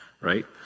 Right